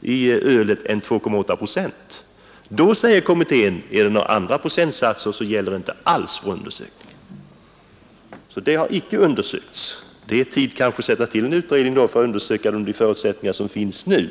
i ölet än 2,8 procent. Några andra procentsatser har inte undersökts. Det är kanske tid att sätta till en utredning för att göra en undersökning under de förutsättningar som finns nu.